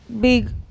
Big